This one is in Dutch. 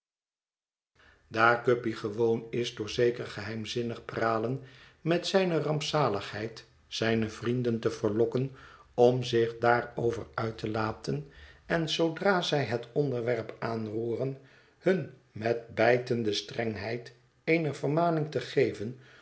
daar guppy gewoon is door zeker geheimzinnig pralen met zijne rampzaligheid zijne vrienden te verlokken om zich daarover uit te laten en zoodra zij het onderwerp aanroeren hun met bijtende strengheid eene vermaning te geven